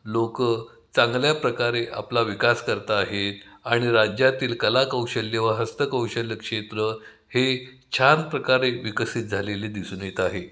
लोक चांगल्या प्रकारे आपला विकास करत आहेत आणि राज्यातील कलाकौशल्य व हस्तकौशल्य क्षेत्र हे छान प्रकारे विकसित झालेले दिसून येत आहे